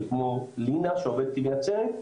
כמו לינה שעובדת בנצרת,